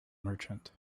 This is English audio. merchant